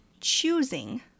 choosing